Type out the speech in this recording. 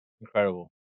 Incredible